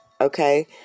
Okay